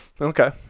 Okay